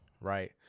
Right